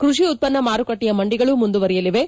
ಕೃಷಿ ಉತ್ಪನ್ನ ಮಾರುಕಟ್ಟೆಯ ಮಂಡಿಗಳು ಮಂದುವರಿಯಲಿವೆ